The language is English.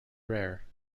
rare